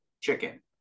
chicken